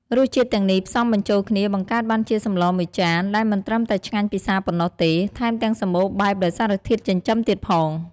រសជាតិទាំងនេះផ្សំបញ្ចូលគ្នាបង្កើតបានជាសម្លមួយចានដែលមិនត្រឹមតែឆ្ងាញ់ពិសាប៉ុណ្ណោះទេ ថែមទាំងសម្បូរបែបដោយសារធាតុចិញ្ចឹមទៀតផង។